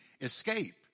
escape